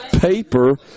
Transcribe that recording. paper